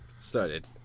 Started